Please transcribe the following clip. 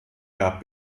gab